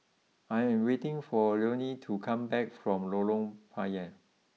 I am waiting for Lonie to come back from Lorong Payah